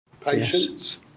patience